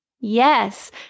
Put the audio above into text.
yes